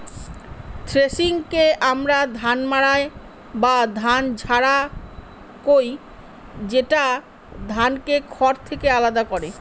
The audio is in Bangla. থ্রেশিংকে আমরা ধান মাড়াই বা ধান ঝাড়া কহি, যেটা ধানকে খড় থেকে আলাদা করে